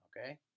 Okay